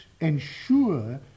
ensure